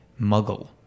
muggle